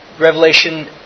Revelation